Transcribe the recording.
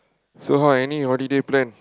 so how any holiday plan